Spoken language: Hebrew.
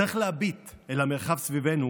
צריך להביט אל המרחב סביבנו